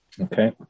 Okay